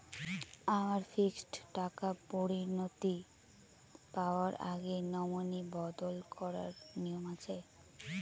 আমার ফিক্সড টাকা পরিনতি পাওয়ার আগে নমিনি বদল করার নিয়ম আছে?